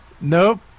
Nope